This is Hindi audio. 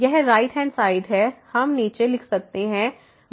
यह राइट हैंड साइड है हम नीचे लिख सकते हैं